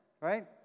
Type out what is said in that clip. right